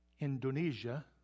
Indonesia